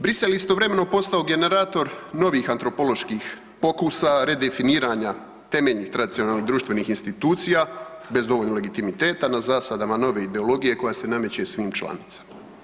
Brisel je istovremeno postao generator novih antropoloških pokusa, redefiniranja temeljnih tradicionalnih društvenih institucija bez dovoljno legitimiteta na zasadama nove ideologije koja se nameće svim članicama.